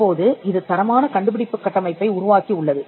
இப்போது இது தரமான கண்டுபிடிப்பு கட்டமைப்பை உருவாக்கி உள்ளது